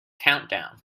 countdown